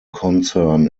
concern